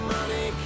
Money